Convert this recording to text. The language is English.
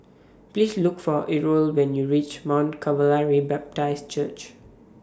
Please Look For Errol when YOU REACH Mount Calvary Baptist Church